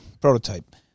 prototype